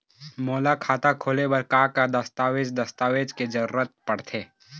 मोला खाता खोले बर का का दस्तावेज दस्तावेज के जरूरत पढ़ते?